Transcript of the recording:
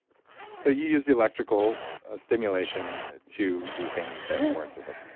so you use the electrical ah stimulation to do things that weren't supposed